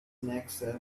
knapsack